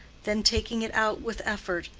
then taking it out with effort,